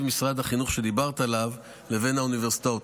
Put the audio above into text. משרד החינוך שדיברת עליו לבין האוניברסיטאות,